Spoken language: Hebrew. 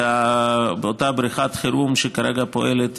שזה אותה בריכת חירום שכרגע פועלת